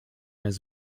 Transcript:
his